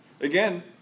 Again